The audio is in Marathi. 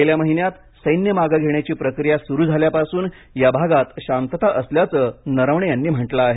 गेल्या महिन्यात सैन्य मागे घेण्याची प्रक्रिया सुरू झाल्यापासून या भागात शांतता असल्याचं नरवणे यांनी म्हटलं आहे